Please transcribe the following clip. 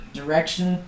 direction